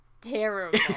terrible